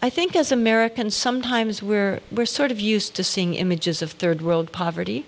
i think as americans sometimes where we're sort of used to seeing images of third world poverty